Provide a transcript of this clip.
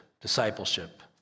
discipleship